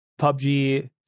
PUBG